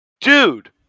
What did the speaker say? Dude